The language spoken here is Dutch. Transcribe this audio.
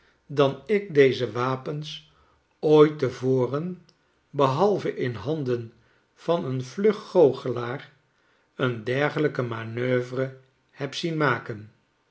dan ik deze wapens ooit te voren behalve in handen van een vlug goochelaar een dergelijke manoeuvre heb zien maken